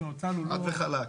חד וחלק.